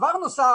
דבר נוסף,